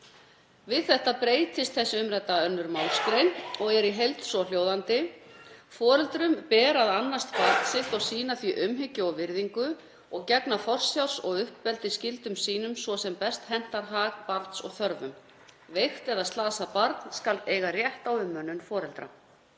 Við þetta breytist þessi umrædda 2. mgr. og verður í heild svohljóðandi: „Foreldrum ber að annast barn sitt og sýna því umhyggju og virðingu og gegna forsjár- og uppeldisskyldum sínum svo sem best hentar hag barns og þörfum. Veikt eða slasað barn skal eiga rétt á umönnun foreldra.“